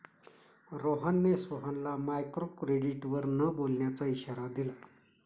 रोहनने सोहनला मायक्रोक्रेडिटवर न बोलण्याचा इशारा दिला